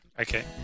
Okay